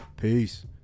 Peace